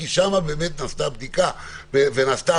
כי שם נעשתה בדיקה ועבודה,